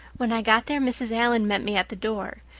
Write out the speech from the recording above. when i got there mrs. allan met me at the door.